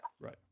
Right